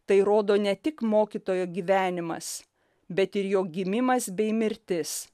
tai rodo ne tik mokytojo gyvenimas bet ir jo gimimas bei mirtis